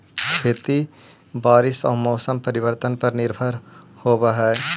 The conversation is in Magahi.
खेती बारिश आऊ मौसम परिवर्तन पर निर्भर होव हई